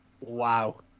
Wow